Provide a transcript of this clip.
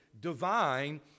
divine